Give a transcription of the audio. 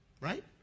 Right